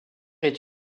est